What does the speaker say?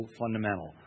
fundamental